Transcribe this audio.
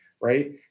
right